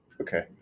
Okay